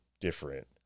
different